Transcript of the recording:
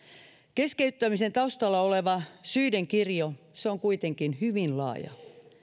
keskeyttämisen taustalla oleva syiden kirjo on kuitenkin hyvin laaja